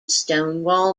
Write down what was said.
stonewall